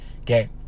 okay